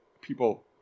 people